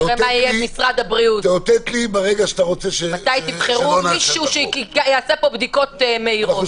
נראה מתי משרד הבריאות יבחר מישהו שיעשה פה בדיקות מהירות?